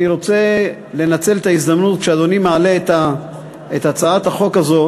אני רוצה לנצל את ההזדמנות שאדוני מעלה את הצעת החוק הזאת